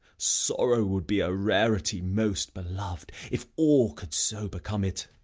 sorrow would be a rarity most belov'd, if all could so become it.